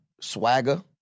Swagger